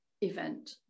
event